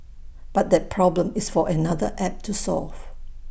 but that problem is for another app to solve